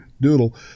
Doodle